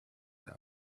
them